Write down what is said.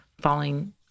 falling